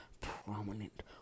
prominent